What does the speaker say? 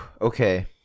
okay